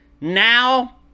Now